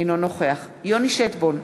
אינו נוכח יוני שטבון,